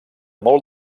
molt